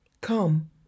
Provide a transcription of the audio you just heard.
come